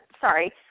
Sorry